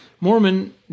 Mormon